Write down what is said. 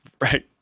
right